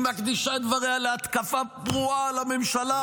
היא מקדישה את דבריה להתקפה פרועה על הממשלה